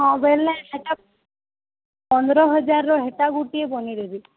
ହଁ ବେଲେ ହେଟା ପନ୍ଦର ହଜାରର ହେଟା ଗୁଟେ ବନେଇ ଦେବେ